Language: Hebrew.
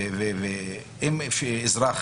ואם אזרח